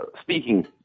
speaking